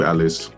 Alice